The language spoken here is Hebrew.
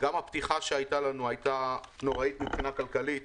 גם הפתיחה שהייתה לנו הייתה נוראית מבחינה כלכלית.